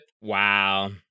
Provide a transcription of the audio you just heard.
Wow